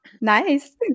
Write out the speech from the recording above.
nice